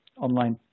online